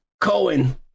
cohen